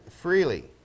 freely